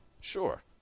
sure